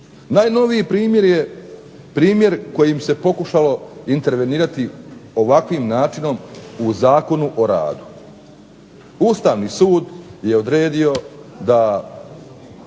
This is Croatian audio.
Najnoviji primjer je primjer kojim se pokušalo intervenirati ovakvim načinom u Zakonu o radu. Ustavni sud je odredio da